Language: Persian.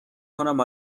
کنم